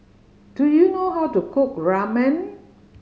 do you know how to cook Ramen